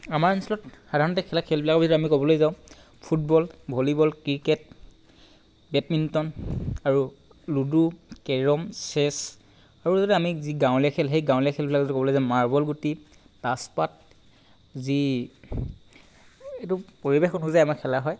আমাৰ অঞ্চলত সাধাৰণতে খেলা খেলবিলাক যদি আমি ক'বলৈ যাওঁ ফুটবল ভলীবল ক্ৰিকেট বেডমিণ্টন আৰু লুডু কেৰম চেচ আৰু আছে যি আমি গাঁৱলীয়া খেল সেই গাঁৱলীয়া খেলবিলাক যদি ক'বলৈ যাওঁ মাৰ্বল গুটি তাচপাত যি এইটো পৰিৱেশ অনুযায়ী আমাৰ খেলা হয়